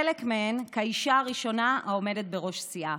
חלק מהן כאישה הראשונה העומדת בראש סיעה.